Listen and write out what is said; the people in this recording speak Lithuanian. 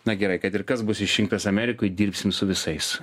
na gerai kad ir kas bus išrinktas amerikoj dirbsim su visais